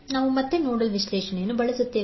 ನಾವು ಮತ್ತೆ ನೋಡಲ್ ವಿಶ್ಲೇಷಣೆಯನ್ನು ಬಳಸುತ್ತೇವೆ